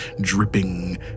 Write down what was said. dripping